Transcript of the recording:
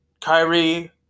Kyrie